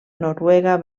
noruega